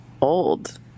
old